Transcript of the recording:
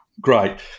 Great